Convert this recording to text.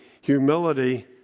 humility